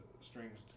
strings